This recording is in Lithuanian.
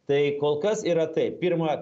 tai kol kas yra taip pirma